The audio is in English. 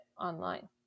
online